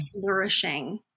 flourishing